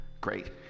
great